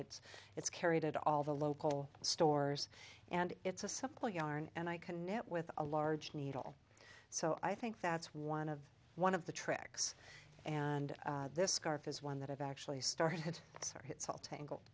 it it's carried at all the local stores and it's a simple yarn and i connect with a large needle so i think that's one of one of the tricks and this scarf is one that i've actually started its or it's all tangled